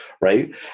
right